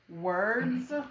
words